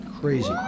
crazy